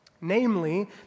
Namely